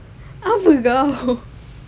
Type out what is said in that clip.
apa kau